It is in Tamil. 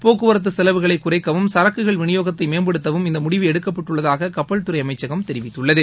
போக்குவரத்துச் செலவுகளைக் குறைக்கவும் சரக்குகள் விநியோகத்தை மேம்படுத்தவும் இந்த முடிவு எடுக்கப்பட்டுள்ளதாக கப்பல் துறை அமைச்சகம் தெரிவித்துள்ளது